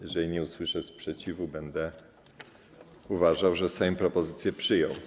Jeżeli nie usłyszę sprzeciwu, będę uważał, że Sejm propozycje przyjął.